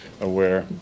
aware